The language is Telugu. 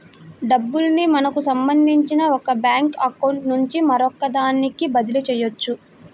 డబ్బుల్ని మనకి సంబంధించిన ఒక బ్యేంకు అకౌంట్ నుంచి మరొకదానికి బదిలీ చెయ్యొచ్చు